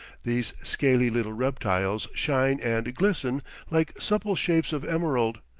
these scaly little reptiles shine and glisten like supple shapes of emerald,